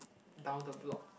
down the block